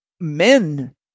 Men